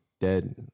dead